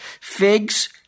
Figs